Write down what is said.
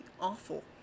awful